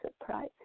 surprise